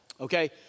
Okay